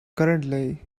currently